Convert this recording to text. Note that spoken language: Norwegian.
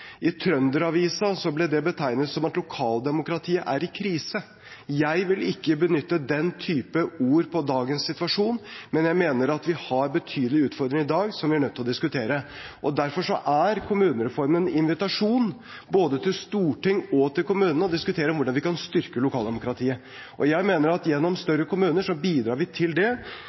I Trønderavisa ble det betegnet som at lokaldemokratiet er i krise. Jeg vil ikke benytte den typen ord om dagens situasjon, men jeg mener at vi har betydelige utfordringer i dag som vi er nødt til å diskutere. Derfor er kommunereformen en invitasjon, både til Stortinget og til kommunene, til å diskutere hvordan vi kan styrke lokaldemokratiet. Jeg mener at gjennom